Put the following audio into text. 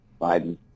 Biden